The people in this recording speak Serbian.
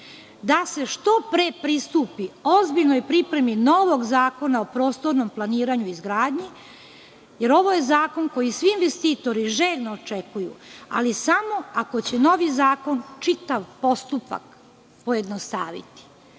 da se što pre pristupi ozbiljnoj pripremi novog zakona o prostornom planiranju i izgradnji, jer ovo je zakon koji svi investitori željno očekuju, ali samo ako će novi zakon čitav postupak pojednostaviti.